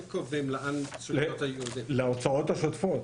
הם קובעים לאן --- להוצאות השוטפות.